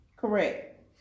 correct